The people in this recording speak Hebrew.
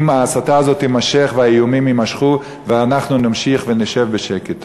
ההסתה הזאת תימשך והאיומים יימשכו ואנחנו נמשיך ונשב בשקט.